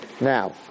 Now